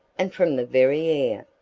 and from the very air.